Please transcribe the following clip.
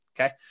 Okay